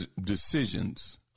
decisions